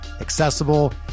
accessible